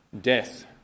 Death